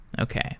Okay